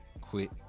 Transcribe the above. quit